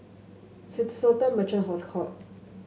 Swissotel Merchant Court